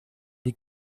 die